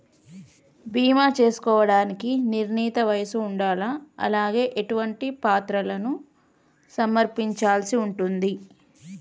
బీమా చేసుకోవడానికి నిర్ణీత వయస్సు ఉండాలా? అలాగే ఎటువంటి పత్రాలను సమర్పించాల్సి ఉంటది?